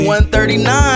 139